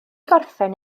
gorffen